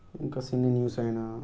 ఇంకా cine news అయినా